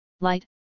light